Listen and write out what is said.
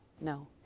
no